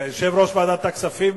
יושב-ראש ועדת הכספים,